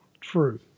true